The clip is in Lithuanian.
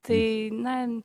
tai na